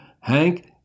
hank